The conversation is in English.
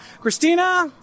Christina